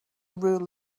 rule